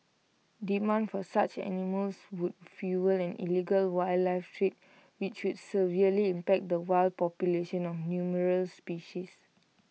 demand for such animals would fuel an illegal wildlife trade which would severely impact the wild populations of numerous species